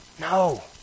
No